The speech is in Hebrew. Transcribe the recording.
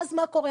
ואז מה קורה,